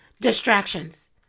Distractions